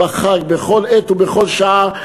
בחג ובכל עת ובכל שעה.